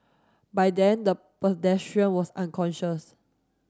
by then the pedestrian was unconscious